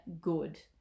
good